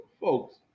folks